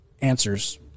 answers